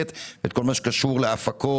מי בעד קבלת ההסתייגות?